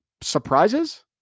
surprises